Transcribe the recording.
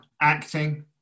acting